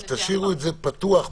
תשאירו את זה פתוח.